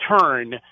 turn